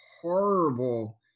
horrible